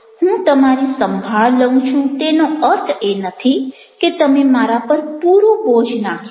હું તમારી સંભાળ લઉં છું તેનો અર્થ એ નથી કે તમે મારા પર પૂરો બોજ નાખી દો